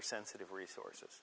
or sensitive resources